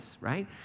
right